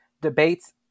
debates